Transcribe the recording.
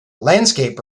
landscape